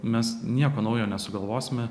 mes nieko naujo nesugalvosime